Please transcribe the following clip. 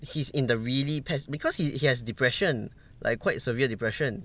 he's in the really PES because he has depression like quite severe depression